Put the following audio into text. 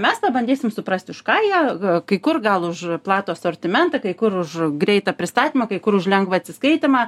mes tada bandysim suprast už ką jie kai kur gal už platų asortimentą kai kur už greitą pristatymą kai kur už lengvą atsiskaitymą